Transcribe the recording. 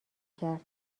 کرد